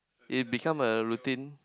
it become a routine